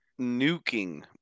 nuking